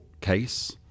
case